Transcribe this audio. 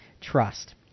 trust